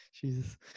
Jesus